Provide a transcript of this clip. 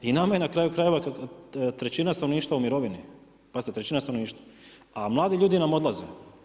I nama je na kraju krajeva trećina stanovništva u mirovini, pazite trećina stanovništva, a mladi ljudi nam odlaze.